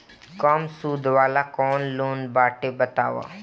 कम सूद वाला कौन लोन बाटे बताव?